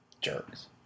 jerks